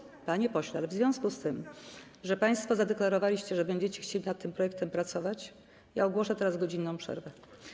Natomiast, panie pośle, w związku z tym, że państwo zadeklarowaliście, że będziecie chcieli nad tym projektem pracować, ogłoszę teraz godzinną przerwę.